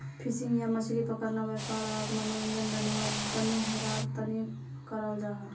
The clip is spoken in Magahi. फिशिंग या मछली पकड़ना वयापार आर मनोरंजन दनोहरार तने कराल जाहा